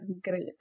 Great